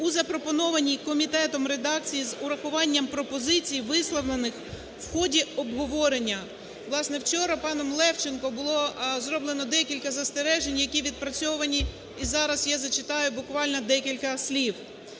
у запропонованій комітетом редакції з урахуванням пропозицій, висловлених в ході обговорення. Власне, вчора паномЛевченко було зроблено декілька застережень, які відпрацьовані, і зараз я зачитаю буквально декілька слів.